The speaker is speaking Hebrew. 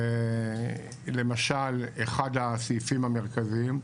למשל, אחד הסעיפים המרכזיים,